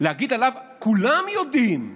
כולם יודעים,